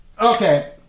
Okay